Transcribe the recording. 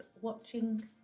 watching